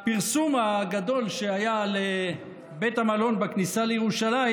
הפרסום הגדול שהיה על בית המלון בכניסה לירושלים,